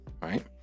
right